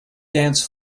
dance